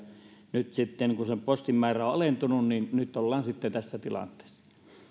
nyt sitten kun postin määrä on alentunut ollaan tässä tilanteessa